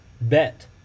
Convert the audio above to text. bet